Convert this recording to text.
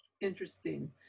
Interesting